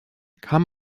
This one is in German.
kamen